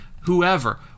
whoever